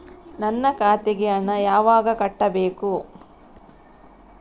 ನನ್ನ ಖಾತೆಗೆ ಹಣ ಯಾವಾಗ ಕಟ್ಟಬೇಕು?